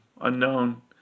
unknown